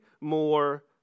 more